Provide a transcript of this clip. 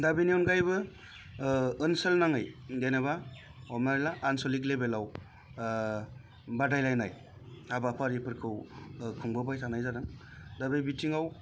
दा बेनि अनगायैबो ओनसोलनाङै जेनेबा हमनानै ला आनसलिक लेबेलाव बादायलायनाय हाबाफारिफोरखौ खुंबोबाय थानाय जादों दा बे बिथिङाव